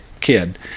kid